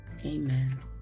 amen